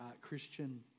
Christian